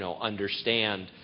understand